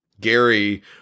Gary